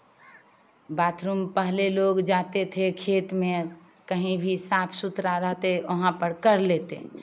bathroom पहले लोग जाते थे खेत में कहीं भी साफ़ सुथरा रहते वहाँ पर कर लेते